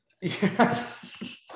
Yes